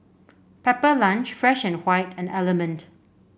Pepper Lunch Fresh and and Element